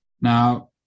Now